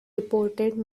reported